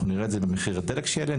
אנחנו נראה את זה במחיר הדלק שיעלה,